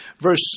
Verse